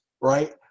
right